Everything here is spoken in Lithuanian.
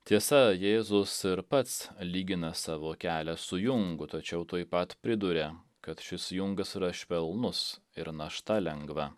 tiesa jėzus ir pats lygina savo kelią su jungu tačiau tuoj pat priduria kad šis jungas yra švelnus ir našta lengva